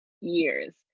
years